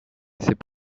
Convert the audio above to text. c’est